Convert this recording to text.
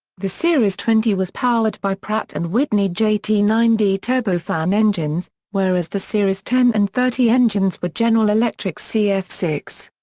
the series twenty was powered by pratt and whitney j t nine d turbofan engines, whereas the series ten and thirty engines were general electric c f six.